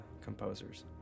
composers